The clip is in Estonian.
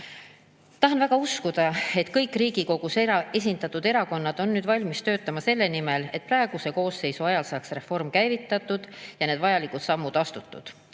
Tahan väga uskuda, et kõik Riigikogus esindatud erakonnad on nüüd valmis töötama selle nimel, et praeguse koosseisu ajal saaks reform käivitatud ja vajalikud sammud astutud.